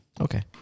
Okay